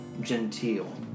genteel